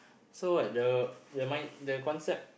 so what the the mind the concept